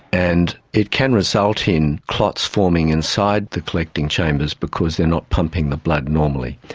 and it can result in clots forming inside the collecting chambers because they are not pumping the blood normally.